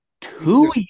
two